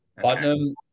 Putnam